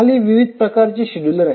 खाली आहेत विविध प्रकारचे शेड्युलर